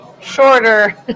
Shorter